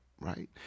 right